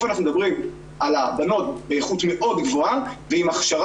ופה אנחנו מדברים על פול אדיר ועל כח אדם ענק שהוא לא